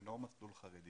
לא מסלול חרדי